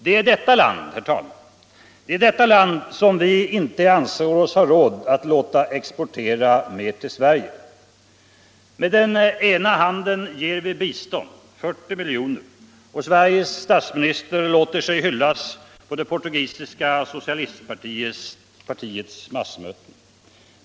Det är detta land, herr talman, vi inte anser oss ha råd att låta exportera mer till Sverige. Med ena handen ger vi bistånd — 40 milj.kr. — och Sveriges statsminister låter sig hyllas på det portugisiska socialistpartiets massmöten.